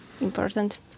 important